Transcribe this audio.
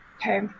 Okay